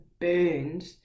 burned